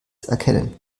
erkennen